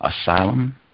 asylum